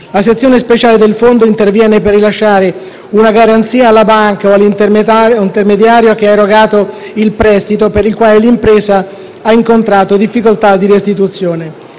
La sezione speciale del Fondo interviene per rilasciare una garanzia alla banca o all'intermediario che ha erogato il prestito per il quale l'impresa ha incontrato difficoltà di restituzione.